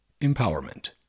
Empowerment